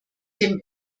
dem